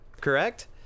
correct